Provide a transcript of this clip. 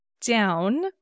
down